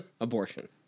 abortion